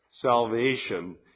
salvation